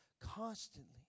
Constantly